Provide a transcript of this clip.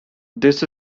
this